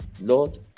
Lord